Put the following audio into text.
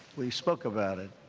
we spoke about it.